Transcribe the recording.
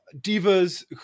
divas